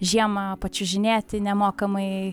žiemą pačiuožinėti nemokamai